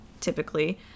typically